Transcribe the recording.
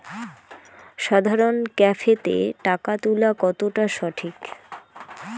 সাধারণ ক্যাফেতে টাকা তুলা কতটা সঠিক?